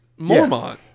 Mormont